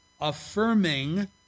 affirming